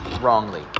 wrongly